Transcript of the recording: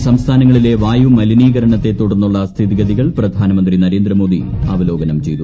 ഉത്തരേന്തൃൻ സംസ്ഥാനങ്ങളിലെ വായു ന് മലിനീകരണത്തെ തുടർന്നുള്ള സ്ഥിതിഗതികൾ പ്രധാനമന്ത്രി നരേന്ദ്രമോദി അവലോകനം ചെയ്തു